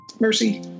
Mercy